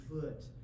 foot